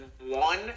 one